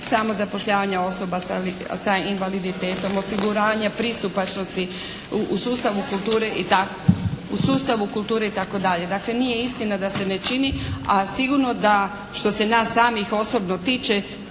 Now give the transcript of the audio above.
samozapošljavanja osoba sa invaliditetom, osiguranja pristupačnosti u sustavu kulture itd. Dakle, nije istina da se ne čini a sigurno da što se nas samih osobno tiče